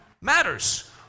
matters